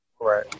Right